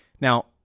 now